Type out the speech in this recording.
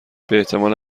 باحتمال